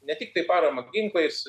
ne tiktai paramą ginklais